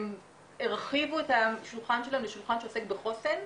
הם הרחיבו את השולחן שלהם לשולחן שעוסק בחוסן,